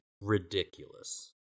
ridiculous